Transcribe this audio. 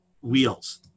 wheels